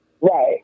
Right